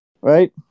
right